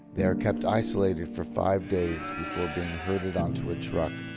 they are kept isolated for five days before being herded onto a truck,